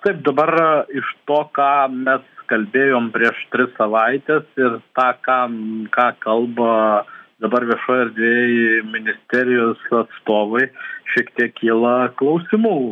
taip dabar iš to ką mes kalbėjom prieš tris savaites ir tą ką ką kalba dabar viešoj erdvėj ministerijos atstovai šiek tiek kyla klausimų